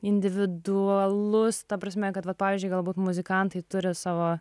individualus ta prasme kad vat pavyzdžiui galbūt muzikantai turi savo